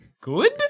Good